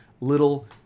little